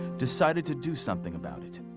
decided to do something about it.